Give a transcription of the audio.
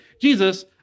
Jesus